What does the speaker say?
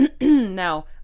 Now